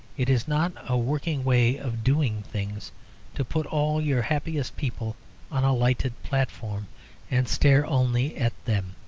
it is not a working way of doing things to put all your happiest people on a lighted platform and stare only at them.